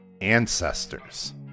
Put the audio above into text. ancestors